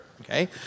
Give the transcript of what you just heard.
Okay